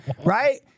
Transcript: Right